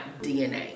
DNA